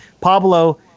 Pablo